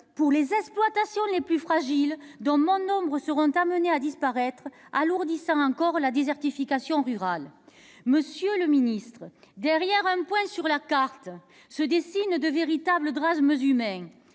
pour les exploitations les plus fragiles, dont bon nombre seront amenées à disparaître, ce qui amplifiera encore la désertification rurale. Monsieur le ministre, derrière un point sur la carte se dessinent de véritables drames humains.